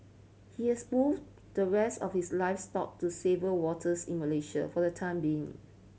he has moved the rest of his livestock to safer waters in Malaysia for the time being